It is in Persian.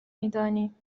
میدانیم